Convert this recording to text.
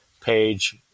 page